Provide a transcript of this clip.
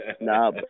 Nah